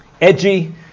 edgy